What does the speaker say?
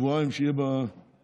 ששבועיים יהיה באונייה,